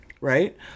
Right